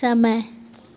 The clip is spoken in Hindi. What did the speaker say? समय